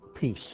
peace